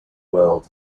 world